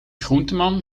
groenteman